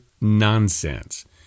nonsense